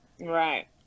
right